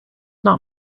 not